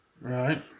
Right